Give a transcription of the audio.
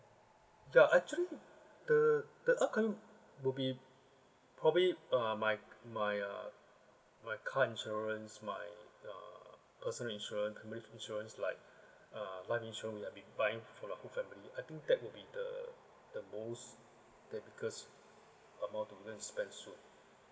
ya actually the the upcoming will be probably uh my my uh my car insurance my uh personal insurance family insurance is like uh one insurance we've been buying for the whole family I think that would be the the most the biggest amount I'm going to spend soon